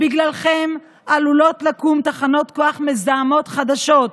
בגללכם עלולות לקום תחנות כוח מזהמות חדשות,